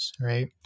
right